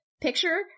picture